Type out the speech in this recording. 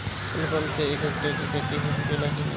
Solar pump से एक hectare क खेती हो सकेला की नाहीं?